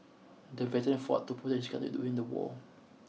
the veteran fought to protect his country during the war